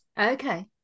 okay